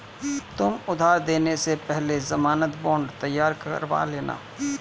तुम उधार देने से पहले ज़मानत बॉन्ड तैयार करवा लेना